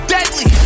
Deadly